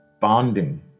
bonding